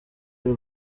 y’u